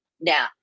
Now